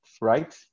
right